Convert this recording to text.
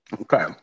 Okay